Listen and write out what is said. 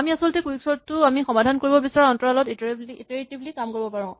আমি আচলতে কুইকচৰ্ট টো আমি সমাধান কৰিব বিচৰা অন্তৰালত ইটাৰেটিভলী কাম কৰাব পাৰো